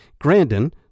Grandin